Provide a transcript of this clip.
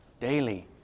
Daily